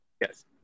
Yes